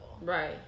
Right